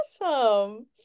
awesome